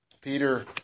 Peter